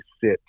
sit